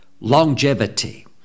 longevity